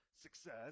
success